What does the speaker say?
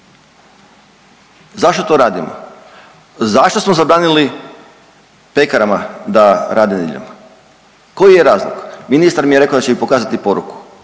Zašto to radimo? Zašto smo zabranili pekarama da rade nedjeljom? Koji je razlog? Ministar mi je rekao da će mi pokazati poruku.